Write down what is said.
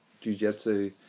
Jiu-Jitsu